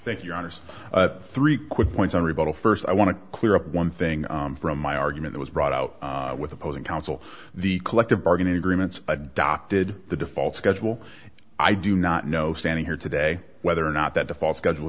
anderson three quick points in rebuttal st i want to clear up one thing from my argument was brought out with opposing counsel the collective bargaining agreements adopted the default schedule i do not know standing here today whether or not that the fall schedule